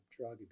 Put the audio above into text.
drug